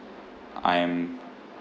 I'm